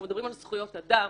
אנחנו מדברים על זכויות אדם,